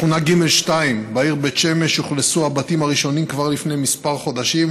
בשכונה ג'2 בעיר בית שמש אוכלסו הבתים הראשונים כבר לפני כמה חודשים,